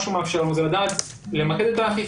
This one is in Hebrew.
מה שהוא מאפשר לנו זה לדעת למקד את האכיפה.